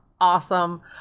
awesome